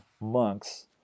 monks